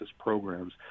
programs